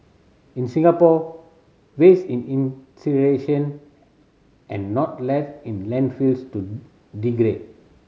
in Singapore waste is and not left in landfills to degrade